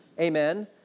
amen